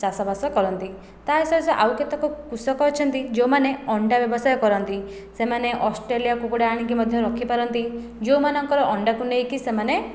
ଚାଷ ବାସ କରନ୍ତି ତାସହ ସେ ଆଉ କେତେକ କୃଷକ ଅଛନ୍ତି ଯେଉଁମାନେ ଅଣ୍ଡା ବ୍ୟବସାୟ କରନ୍ତି ସେମାନେ ଅଷ୍ଟ୍ରେଲିଆ କୁକୁଡ଼ା ଆଣିକି ମଧ୍ୟ ରଖିପାରନ୍ତି ଯେଉଁମାନଙ୍କର ଅଣ୍ଡାକୁ ନେଇକି ସେମାନେ